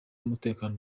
n’umutekano